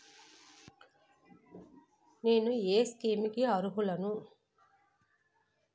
నేను ఏ స్కీమ్స్ కి అరుహులను?